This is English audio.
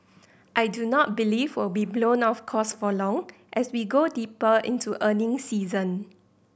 I do not believe will be blown off course for long as we go deeper into earnings season